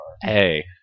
Hey